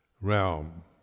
realm